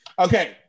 Okay